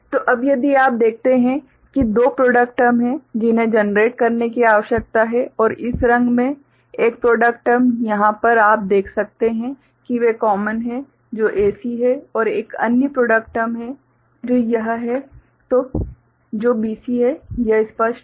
तो अब यदि आप देखते हैं कि दो प्रॉडक्ट टर्म हैं जिन्हें जनरेट करने की आवश्यकता है और इस रंग में एक प्रॉडक्ट टर्म यहाँ पर आप देख सकते हैं कि वे कॉमन हैं जो AC है और एक अन्य प्रॉडक्ट टर्म है जो यह है जो BC है यह स्पष्ट है